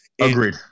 Agreed